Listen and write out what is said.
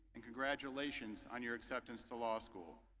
and congratulations on your acceptance to law school.